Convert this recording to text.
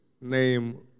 name